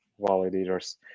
validators